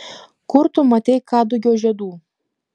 kur tu matei kadugio žiedų